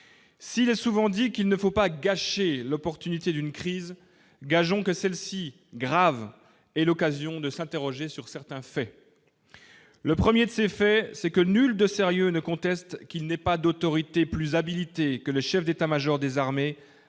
s'il l'a souvent dit qu'il ne faut pas gâcher l'opportunité d'une crise, gageons que celle-ci grave et l'occasion de s'interroger sur certains faits : le 1er c'est fait, c'est que nul de sérieux ne conteste qu'il n'ait pas d'autorité plus habilité que le chef d'État-Major des armées,